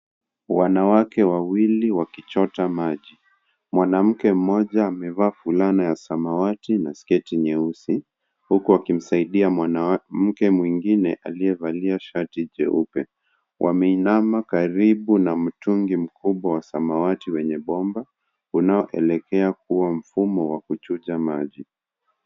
Wanawake wawili wakichota maji .Mwanamke mmoja amevaa fulana ya samawati na sketi nyeusi huku akimsaidia mwanamke mwingine aliyevalia shati jeupe. Wameinama karibu na mtungi mkubwa wa samawati wenye bomba unaoelekea kuwa mfumo wa kuchucha maji.